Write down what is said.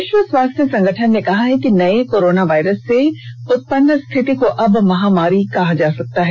विश्व स्वास्थ्य संगठन ने कहा है कि नये कोरोना वायरस से उत्पन्न स्थिति को अब महामारी कहा जा सकता है